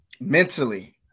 mentally